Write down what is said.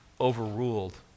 overruled